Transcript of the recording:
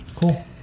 Cool